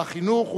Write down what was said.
בחינוך,